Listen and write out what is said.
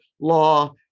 law